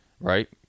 right